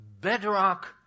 bedrock